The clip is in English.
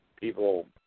People